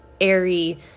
airy